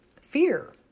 fear